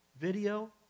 video